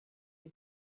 amb